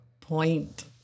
point